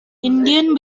indian